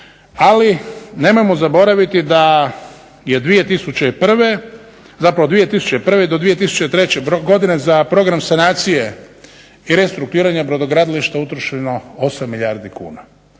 ali nemojmo zaboraviti da je 2001., zapravo 2001. do 2003. godine za Program sanacije i restrukturiranja brodogradilišta utrošeno 8 milijardi kuna.